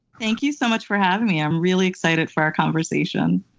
thank you so much for having me. i'm really excited for our conversation.